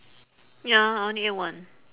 ya I only ate one